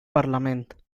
parlament